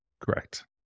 Correct